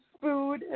food